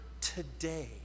today